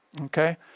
Okay